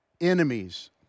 enemies